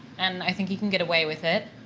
and i think you can get away with it.